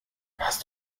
hast